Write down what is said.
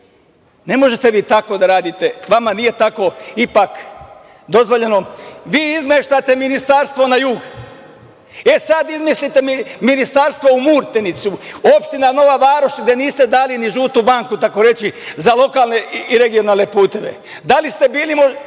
vi? Ne možete vi tako da radite. Vama nije tako dozvoljeno. Vi izmeštate Ministarstvo na jug. E, sada izmestite Ministarstvo u Murtenicu, opština Nova Varoš, gde niste dali ni žutu banku, takoreći za lokalne i regionalne puteve. Da li ste, gospođo